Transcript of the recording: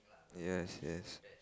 yes yes